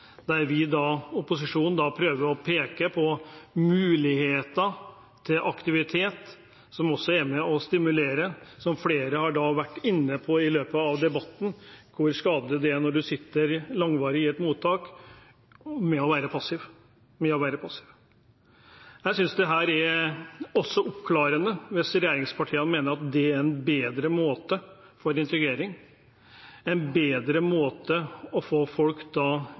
Der vi i opposisjonen prøver å peke på muligheter til aktivitet, som også er med på å stimulere – flere har vært inne på i løpet av debatten hvor skadelig det er å være passiv når du sitter langvarig i et mottak. Jeg synes dette også er oppklarende. Hvis regjeringspartiene mener at dét er en bedre måte for integrering, en bedre måte å få folk